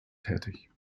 tätig